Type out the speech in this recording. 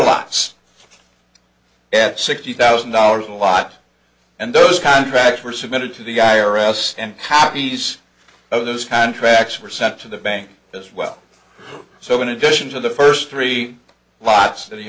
lots at sixty thousand dollars a lot and those contracts were submitted to the i r s and happy days of those contracts were sent to the bank as well so in addition to the first three lots that he